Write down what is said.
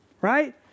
right